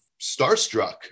starstruck